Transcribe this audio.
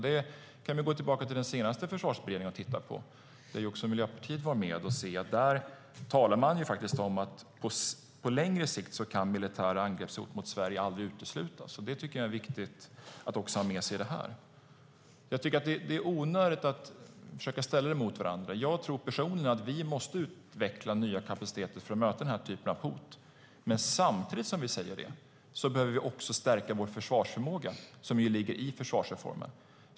Vi kan gå tillbaka till den senaste Försvarsberedningen, där också Miljöpartiet var med, och se att man där sade att militära angreppshot mot Sverige aldrig kan uteslutas på längre sikt. Det tycker jag är viktigt att ha med sig. Det är onödigt att försöka ställa saker mot varandra. Jag tror personligen att vi måste utveckla nya kapaciteter för att möta den här typen av hot. Men samtidigt som vi säger det behöver vi också stärka vår försvarsförmåga, som ligger i försvarsreformen.